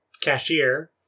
cashier